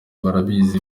barabizi